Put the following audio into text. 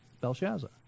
Belshazzar